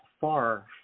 far